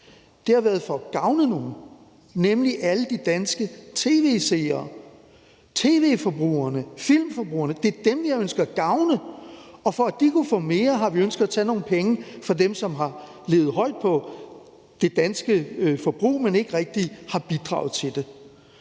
Det har været for at gavne nogle, nemlig alle de danske tv-forbrugere og filmforbrugere. Det er dem, vi har ønsket at gavne, og for at de kunne få mere, har vi ønsket at tage nogle penge fra dem, som har levet højt på det danske forbrug, men ikke rigtig har bidraget til det.